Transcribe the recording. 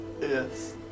Yes